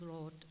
Lord